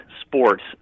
sports